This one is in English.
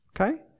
Okay